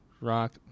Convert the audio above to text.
Rock